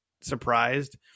surprised